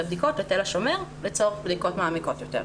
הבדיקות לתל השומר לצורך בדיקות מעמיקות יותר.